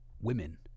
women